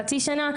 חצי שנה.